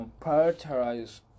prioritize